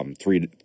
Three